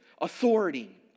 authority